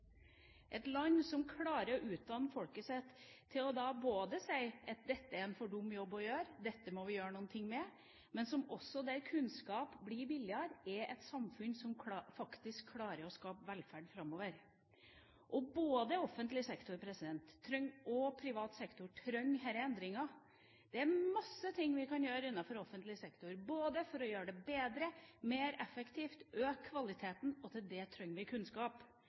Et land som klarer å utdanne folket sitt til å si at dette er en for dum jobb å gjøre, dette må vi gjøre noe med, og der også kunnskap blir billigere, er et samfunn som faktisk klarer å skape velferd framover. Og både offentlig sektor og privat sektor trenger disse endringene. Det er mange ting vi kan gjøre innenfor offentlig sektor, både for å gjøre det bedre og mer effektivt og for å øke kvaliteten. Til det trenger vi kunnskap.